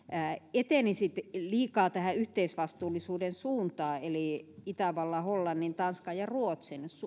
etenisi liikaa tähän yhteisvastuullisuuden suuntaan eli itävallan hollannin tanskan ja ruotsin